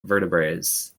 vertebrates